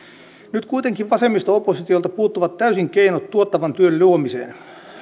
nyt kuitenkin vasemmisto oppositiolta puuttuvat täysin keinot tuottavan työn luomiseen